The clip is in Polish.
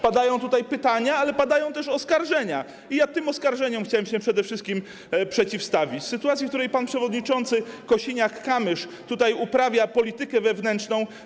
Padają tutaj pytania, ale padają też oskarżenia, i ja tym oskarżeniom chciałem się przede wszystkim przeciwstawić - w sytuacji, w której pan przewodniczący Kosiniak-Kamysz tutaj uprawia politykę wewnętrzną.